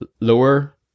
lower